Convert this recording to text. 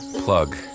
plug